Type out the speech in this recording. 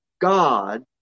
God